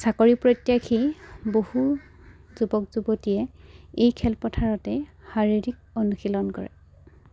চাকৰি প্ৰত্যাসী বহু যুৱক যুৱতীয়ে এই খেলপথাৰতেই শাৰীৰিক অনুশীলন কৰে